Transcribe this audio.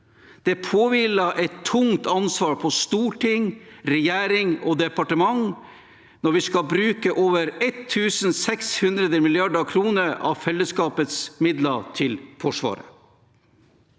Det påhviler et tungt ansvar for storting, regjering og departement når vi skal bruke over 1 600 mrd. kr av fellesskapets midler til Forsvaret.